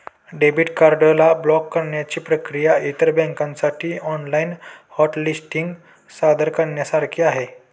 debit card ला block करण्याची प्रक्रिया इतर बँकांसाठी ऑनलाइन हॉट लिस्टिंग सादर करण्यासारखी आहे